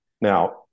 Now